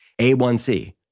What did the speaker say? A1c